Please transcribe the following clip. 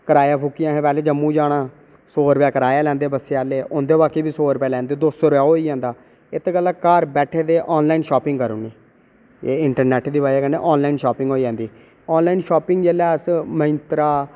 कराया फूकियै असें पैह्ले जम्मू जाना सौ रूपया कराया लैंदे बसें आह्लें औंदे बाकी बी सौ रुपया लैंदे दो सौ रूपया ओह् होई जंदा इत्त गल्ला घर बैठे दे शापिंग करूड़ निं इंटरनैट दी वजह् कन्नै शापिंग होई जंदी आनलाइन शापिंग जेल्लै अस मंत्रां